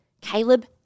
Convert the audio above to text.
Caleb